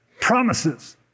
promises